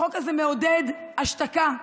החוק הזה מעודד השתקה.